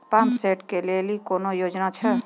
Pump set केलेली कोनो योजना छ?